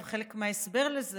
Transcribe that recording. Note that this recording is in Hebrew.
חלק מההסבר לזה,